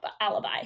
alibi